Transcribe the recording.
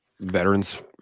veterans